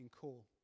call